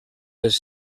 les